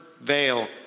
veil